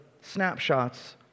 snapshots